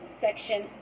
Section